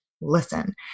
listen